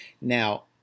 Now